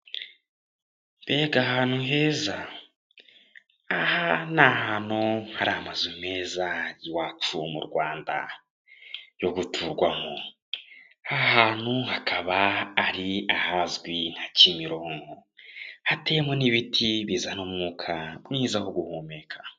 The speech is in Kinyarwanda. Mbega ahantu heza. Aha ni ahantu hari amazu meza iwacu mu Rwanda, yo guturwamo. Aha hantu akaba ari ahazwi nka Kimironko. Hatewe mo n'ibiti bizana umwuka mwiza wo guhumeka.